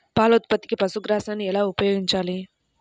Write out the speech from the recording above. పాల ఉత్పత్తికి పశుగ్రాసాన్ని ఎలా ఉపయోగించాలి?